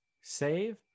save